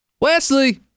Wesley